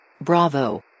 bravo